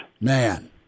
Man